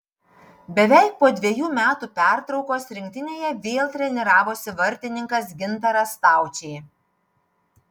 beveik po dvejų metų pertraukos rinktinėje vėl treniravosi vartininkas gintaras staučė